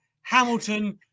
Hamilton